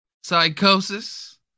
Psychosis